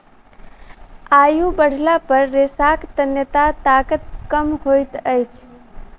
आयु बढ़ला पर रेशाक तन्यता ताकत कम होइत अछि